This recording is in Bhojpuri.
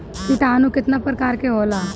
किटानु केतना प्रकार के होला?